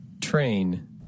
train